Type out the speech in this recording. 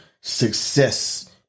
success